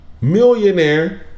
millionaire